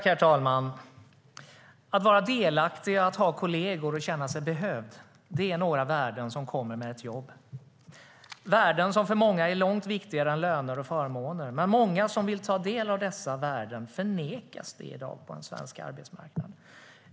Herr talman! Att vara delaktig, att ha kollegor och att känna sig behövd är några värden som kommer med ett jobb. Det är värden som för många är långt viktigare än lön och förmåner. Många som vill ta del av dessa värden nekas dock detta i dag på den svenska arbetsmarknaden.